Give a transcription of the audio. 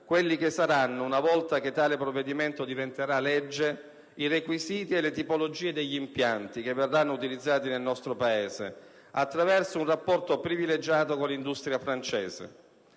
quelli che saranno, una volta che tale provvedimento diventerà legge, i requisiti e le tipologie degli impianti che verranno utilizzati nel nostro Paese, attraverso un rapporto privilegiato con l'industria francese.